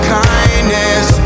kindness